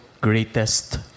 Greatest